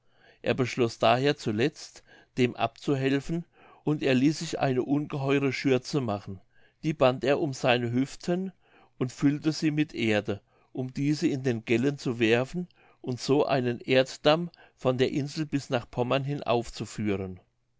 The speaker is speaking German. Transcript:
er beschloß daher zuletzt dem abzuhelfen und er ließ sich eine ungeheure schürze machen die band er um seine hüften und füllte sie mit erde um diese in den gellen zu werfen und so einen erddamm von der insel bis nach pommern hin aufzuführen